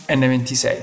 N26